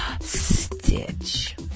Stitch